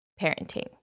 parenting